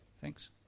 Thanks